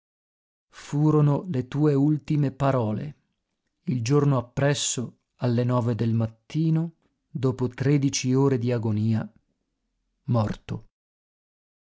furono le tue ultime parole il giorno appresso alle nove del mattino dopo tredici ore di agonia morto